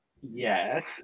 yes